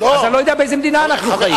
אז אני לא יודע באיזו מדינה אנחנו חיים.